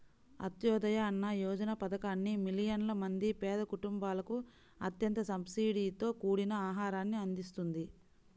అంత్యోదయ అన్న యోజన పథకాన్ని మిలియన్ల మంది పేద కుటుంబాలకు అత్యంత సబ్సిడీతో కూడిన ఆహారాన్ని అందిస్తుంది